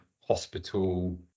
hospital